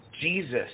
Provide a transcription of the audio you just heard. Jesus